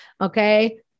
okay